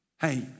Hey